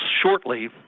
shortly